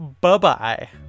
Bye-bye